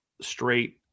straight –